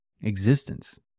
existence